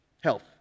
Health